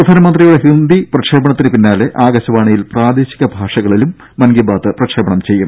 പ്രധാനമന്ത്രിയുടെ ഹിന്ദി പ്രക്ഷേപണത്തിന് പിന്നാലെ ആകാശവാണിയിൽ പ്രാദേശിക ഭാഷകളിലും മൻ കി ബാത് പ്രക്ഷേപണം ചെയ്യും